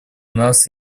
нас